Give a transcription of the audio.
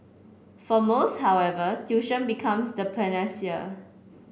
for most however tuition becomes the panacea